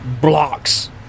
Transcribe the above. blocks